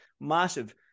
massive